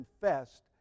confessed